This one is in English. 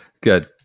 good